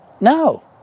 No